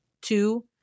two